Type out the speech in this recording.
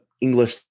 English